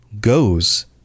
goes